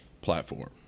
platform